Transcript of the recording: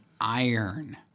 iron